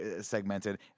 segmented